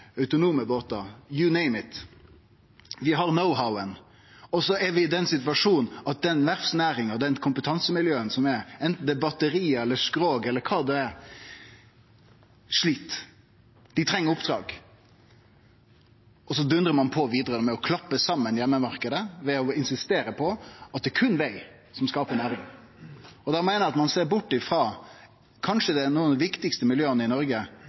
båtar – you name it. Vi har knowhow-en. Vi er i den situasjonen at den verftsnæringa og dei kompetansemiljøa som finst, anten dei lagar batteri eller skrog eller kva det er, slit. Dei treng oppdrag. Og så dundrar ein på vidare og heimemarknaden klappar saman ved å insistere på at det berre er veg som skaper næring. Da meiner eg ein ser bort frå nokon av dei kanskje viktigaste miljøa i Noreg